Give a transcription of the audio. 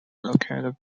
located